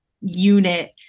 unit